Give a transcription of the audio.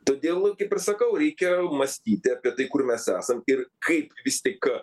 todėl kaip ir sakau reikia mąstyti apie tai kur mes esam ir kaip vis tik